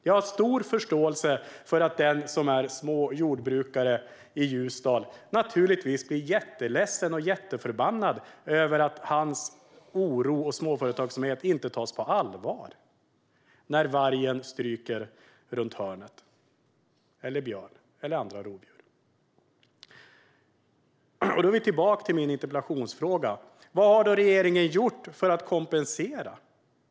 Jag har stor förståelse för att den som är småjordbrukare i Ljusdal blir ledsen och förbannad över att hans oro och småföretagsamhet inte tas på allvar när varg, björn eller andra rovdjur stryker runt hörnet. Då är vi tillbaka till min interpellation. Vad har regeringen gjort för att kompensera?